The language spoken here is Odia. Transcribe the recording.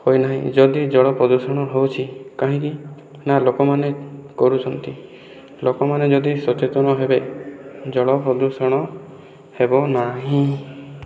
ହୋଇନାହିଁ ଯଦି ଜଳ ପ୍ରଦୂଷଣ ହେଉଛି କାହିଁକି ନା ଲୋକମାନେ କରୁଛନ୍ତି ଲୋକମାନେ ଯଦି ସଚେତନ ହେବେ ଜଳ ପ୍ରଦୂଷଣ ହେବ ନାହିଁ